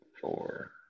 four